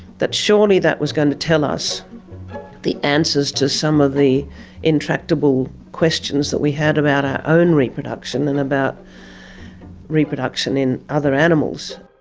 that surely that was going to tell us the answers to some of the intractable questions that we had about our own reproduction and about reproduction in other animals.